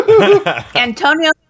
Antonio